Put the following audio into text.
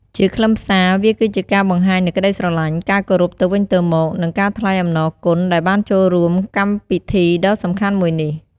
ជាខ្លឹមសារ វាគឺជាការបង្ហាញនូវក្តីស្រឡាញ់ ការគោរពទៅវិញទៅមក និងការថ្លែងអំណរគុណដែលបានចូលរួមកម្មពីធីដ៍សំខាន់មួយនេះ។